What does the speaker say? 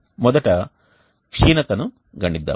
మొదట క్షీణతను గణిద్దాం